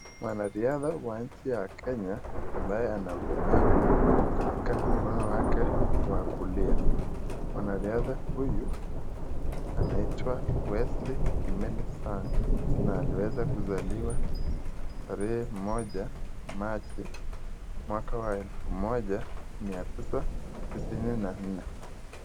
Wanaridha wa nchi ya kenya ambaye ana ulemavu katika mkono wake wa kulia. Mwanariadha huyu anaitwa wesley kimeli sang, na aliweza kuzaliwa tarehe moja machi mwaka wa elfu moja mia tisa tisini na nne.